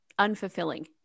unfulfilling